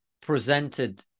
presented